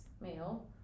male